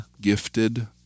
gifted